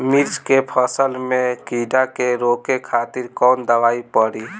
मिर्च के फसल में कीड़ा के रोके खातिर कौन दवाई पड़ी?